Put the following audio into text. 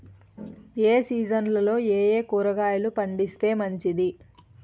ఏ సీజన్లలో ఏయే కూరగాయలు పండిస్తే మంచిది